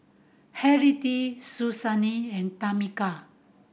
Henriette Suzanne and Tameka